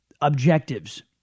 objectives